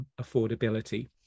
affordability